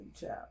child